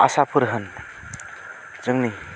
आसाफोर होन जोंनि